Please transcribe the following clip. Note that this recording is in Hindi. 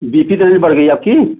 बी पी तो नहीं बढ़ गई आपकी